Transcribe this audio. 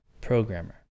programmer